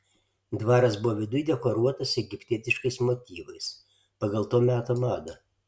dvaras buvo viduj dekoruotas egiptietiškais motyvais pagal to meto madą